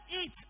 eat